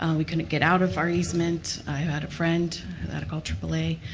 um we can get out of our easement. i had a friend aaa.